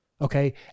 okay